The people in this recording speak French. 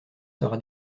sera